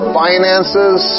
finances